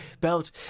belt